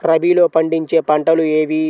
రబీలో పండించే పంటలు ఏవి?